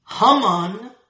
Haman